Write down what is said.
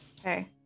Okay